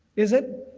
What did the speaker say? is it?